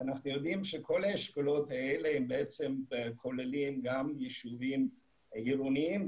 אנחנו יודעים שהאשכולות האלה כוללים גם יישובים עירוניים,